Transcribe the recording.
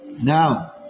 now